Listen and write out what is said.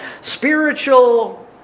spiritual